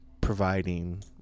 providing –